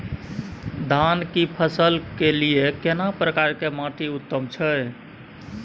धान की फसल के लिये केना प्रकार के माटी उत्तम छै?